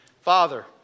Father